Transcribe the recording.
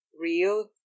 real